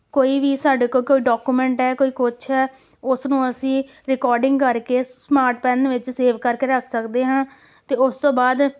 ਕੋਈ ਵੀ ਸਾਡੇ ਕੋਲ ਕੋਈ ਡਾਕੂਮੈਂਟ ਹੈ ਕੋਈ ਕੁਛ ਆ ਉਸ ਨੂੰ ਅਸੀਂ ਰਿਕੋਰਡਿੰਗ ਕਰਕੇ ਸਮਾਰਟ ਪੈੱਨ ਵਿੱਚ ਸੇਵ ਕਰਕੇ ਰੱਖ ਸਕਦੇ ਹਾਂ ਅਤੇ ਉਸ ਤੋਂ ਬਾਅਦ